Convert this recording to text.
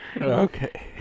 Okay